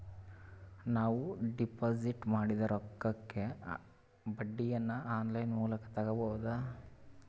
ನಾವು ಡಿಪಾಜಿಟ್ ಮಾಡಿದ ರೊಕ್ಕಕ್ಕೆ ಬಡ್ಡಿಯನ್ನ ಆನ್ ಲೈನ್ ಮೂಲಕ ತಗಬಹುದಾ?